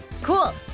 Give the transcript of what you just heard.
Cool